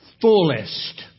fullest